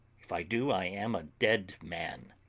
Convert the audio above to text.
if i do i am a dead man.